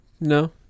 No